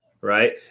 right